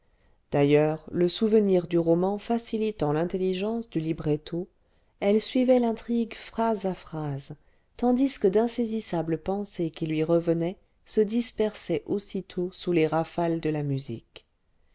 d'ailleurs le souvenir du roman facilitant l'intelligence du libretto elle suivait l'intrigue phrase à phrase tandis que d'insaisissables pensées qui lui revenaient se dispersaient aussitôt sous les rafales de la musique